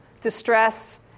distress